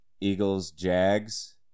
Eagles-Jags